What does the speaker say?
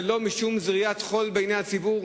זאת לא זריית חול בעיני הציבור?